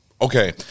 okay